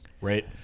Right